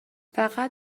فقط